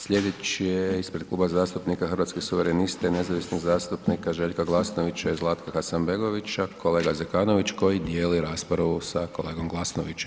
Sljedeći je ispred Kluba zastupnika Hrvatskih suverenista i nezavisnih zastupnika Željka Glasnovića i Zlatka Hasanbegovića kolega Zekanović koji dijeli raspravu sa kolegom Glasnovićem.